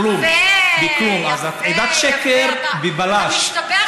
ואחר כך הוא קורא אפס, הוא צועק לשוטר משטרה, כן?